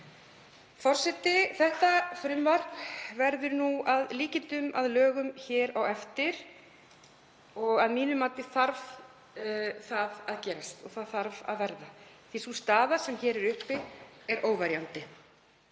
Þetta frumvarp verður að líkindum að lögum á eftir. Að mínu mati þarf það að gerast og þarf að verða því að sú staða sem er uppi er óverjandi.